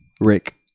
Rick